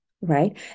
right